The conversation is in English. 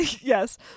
yes